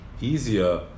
easier